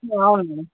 అవును